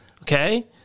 Okay